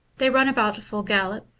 they run about full gallop,